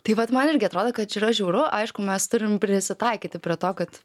tai vat man irgi atrodo kad čia yra žiauru aišku mes turim prisitaikyti prie to kad